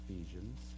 Ephesians